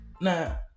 Now